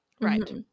Right